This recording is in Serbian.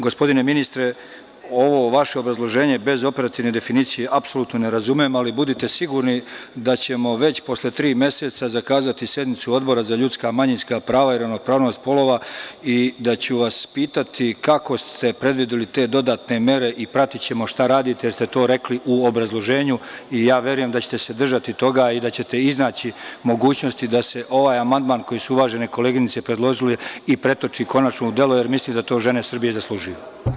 Gospodine ministre, ovo vaše obrazloženje bez operativne definicije apsolutno ne razumem, ali budite sigurni da ćemo već posle tri meseca zakazati sednicu Odbora za ljudska, manjinska prava i ravnopravnost polova i da ću vas pitati kako ste predvideli te dodatne mere i pratićemo šta radite, jer ste to rekli u obrazloženju i ja verujem da ćete se držati toga i da ćete iznaći mogućnost da se ovaj amandman, koji su uvažene koleginice predložile i pretoči konačno u delo, jer mislim da to žene Srbije zaslužuju.